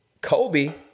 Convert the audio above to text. Kobe